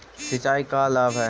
सिंचाई का लाभ है?